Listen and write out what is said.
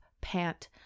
pant